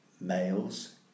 males